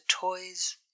toys